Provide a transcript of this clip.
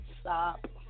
stop